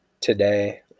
today